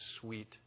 sweet